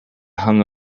hung